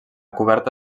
coberta